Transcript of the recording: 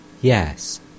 Yes